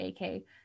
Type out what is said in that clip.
AK